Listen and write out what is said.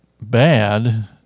bad